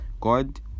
God